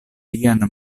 lian